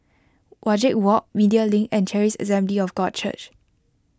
Wajek Walk Media Link and Charis Assembly of God Church